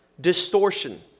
distortion